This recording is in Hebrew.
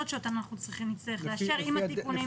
שאותן אנחנו נצטרך לאשר עם התיקונים שביקשנו עכשיו.